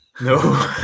No